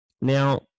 Now